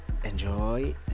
enjoy